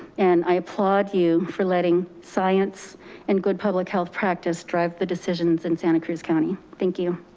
and i applaud you for letting science and good public health practice drive the decisions in santa cruz county. thank you.